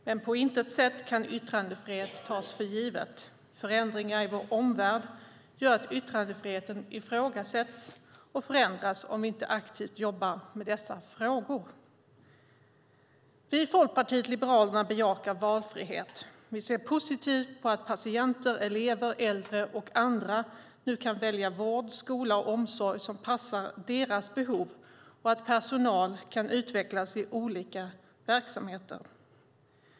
Men på intet sätt kan yttrandefrihet tas för givet - förändringar i vår omvärld gör att yttrandefriheten ifrågasätts och förändras om vi inte aktivt jobbar med dessa frågor. Vi i Folkpartiet liberalerna bejakar valfrihet. Vi ser positivt på att patienter, elever, äldre och andra nu kan välja vård, skola och omsorg som passar deras behov och att personal kan utvecklas i olika verksamheter.